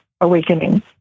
Awakening